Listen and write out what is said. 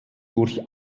durch